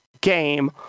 game